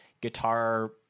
guitar